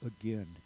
again